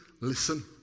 listen